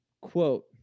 quote